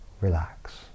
relax